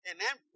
Amen